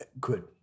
good